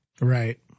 Right